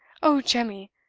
oh, jemmy,